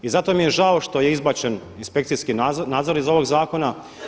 I zato mi je žao što je izbačen inspekcijski nadzor iz ovog zakona.